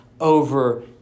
over